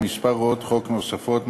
וכמה הוראות חוק נוספות,